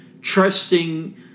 trusting